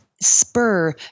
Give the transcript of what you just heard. spur